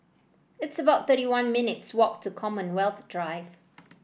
it's about thirty one minutes' walk to Commonwealth Drive